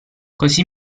così